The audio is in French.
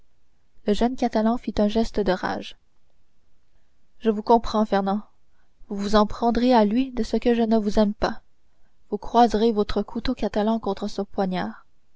le jeune catalan fit un geste de rage je vous comprends fernand vous vous en prendrez à lui de ce que je ne vous aime pas vous croiserez votre couteau catalan contre son poignard